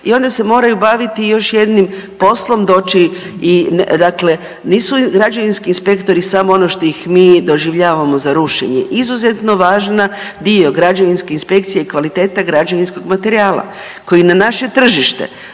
i onda se moraju baviti još jednim poslom, doći i dakle, nisu građevinski inspektori samo ono što ih mi doživljemo za rušenje, izuzetno važna dio građevinske inspekcije je kvaliteta građevinskog materijala koji na naše tržište